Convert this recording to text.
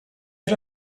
dès